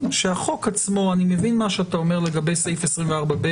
שהחוק עצמו אני מבין מה שאתה אומר לגבי סעיף 24(ב),